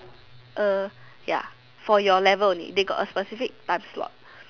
uh ya for your level only they got a specific time slot